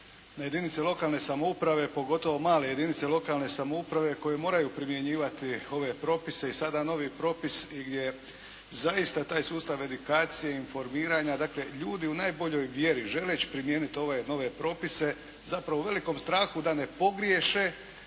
na jedinice lokalne samouprave pogotovo male jedinice lokalne samouprave koje moraju primjenjivati ove propise i sada novi propis i gdje zaista taj sustav edukacije i informiranja, dakle ljudi u najboljoj vjeri želeć primijeniti ove nove propise zapravo u velikom strahu da ne pogriješe